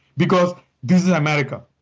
because this is america.